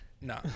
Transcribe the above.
No